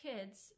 kids